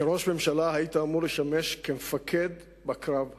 כראש ממשלה היית אמור לשמש כמפקד בקרב הזה,